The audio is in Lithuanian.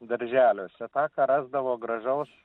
darželiuose tą ką rasdavo gražaus